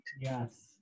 Yes